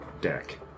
deck